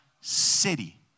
city